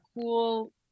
cool